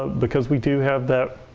because we do have that